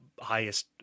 highest